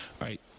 right